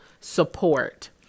support